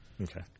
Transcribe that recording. Okay